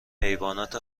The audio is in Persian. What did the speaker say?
حیوانات